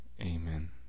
Amen